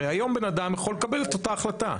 הרי היום בן אדם יכול לקבל את אותה החלטה.